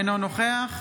אינו נוכח